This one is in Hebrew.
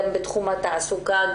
גם בתחום התעסוקה,